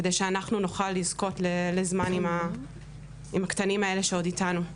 כדי שנוכל לזכות לזמן עם הקטנים האלה שעוד איתנו.